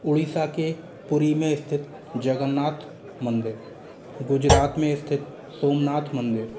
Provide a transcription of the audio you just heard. उड़ीसा के पूरी में स्थित जगन्नाथ मंदिर गुजरात में स्थित सोमनाथ मंदिर